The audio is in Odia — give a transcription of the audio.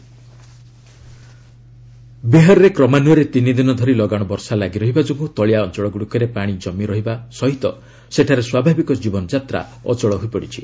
ବିହାର ରେନ୍ ବିହାରରେ କ୍ରମାନ୍ୱୟରେ ତିନି ଧରି ଲଗାଣ ବର୍ଷା ଲାଗି ରହିବା ଯୋଗୁଁ ତଳିଆ ଅଞ୍ଚଳଗୁଡ଼ିକରେ ପାଣି ଜମି ରହିବା ସହ ସେଠାରେ ସ୍ୱାଭାବିକ ଜୀବନଯାତ୍ରା ଅଚଳ ହୋଇପଡ଼ିଛି